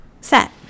set